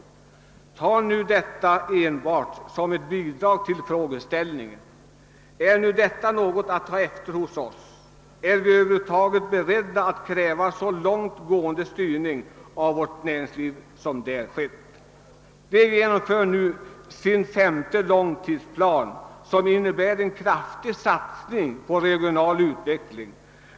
Men betrakta min redogörelse enbart som ett bidrag till frågeställningen, om detta är något att ta efter hos oss och om vi över huvud taget är beredda att kräva en så långt gående styrning av näringslivet som där sker. Frankrike genomför nu sin femte långtidsplan, som innebär en kraftig satsning på den regionala utvecklingen.